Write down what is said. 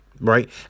Right